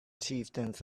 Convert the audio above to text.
chieftains